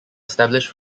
established